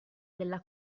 della